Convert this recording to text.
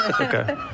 Okay